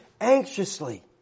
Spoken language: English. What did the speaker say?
anxiously